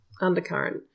undercurrent